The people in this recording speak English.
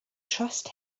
trust